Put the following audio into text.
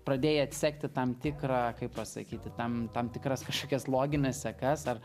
pradėjai atsekti tam tikrą kaip pasakyti tam tam tikras kažkokias logines sekas ar